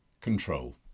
Control